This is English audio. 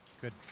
Good